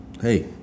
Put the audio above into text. Hey